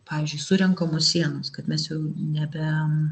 pavyzdžiui surenkamos sienos kad mes jau nebe